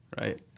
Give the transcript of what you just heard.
right